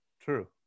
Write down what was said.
true